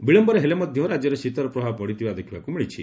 ବିଳମ୍ୟରେ ହେଲେ ମଧ୍ଧ ରାକ୍ୟରେ ଶୀତର ପ୍ରଭାବ ବଢ଼ିଥିବା ଦେଖିବାକୁ ମିଳିଛି